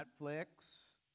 Netflix